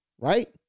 right